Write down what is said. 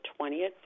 20th